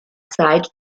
zeit